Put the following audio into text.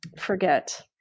Forget